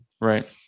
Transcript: right